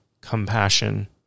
compassion